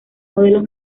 modelos